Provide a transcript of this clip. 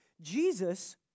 Jesus